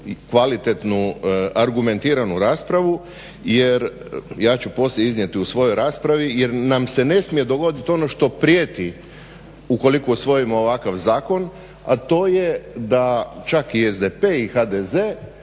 kvalitetnu, argumentiranu raspravu jer ja ću poslije iznijeti u svojoj raspravi, jer nam se ne smije dogodit ono što prijeti ukoliko usvojimo ovakav zakon, a to je da čak i SDP i HDZ